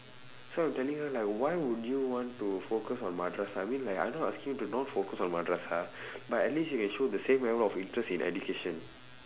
so I am telling her like why would you want to focus on madrasah I mean like I not asking you to not focus on madrasah but at least you can show the same level of interest in education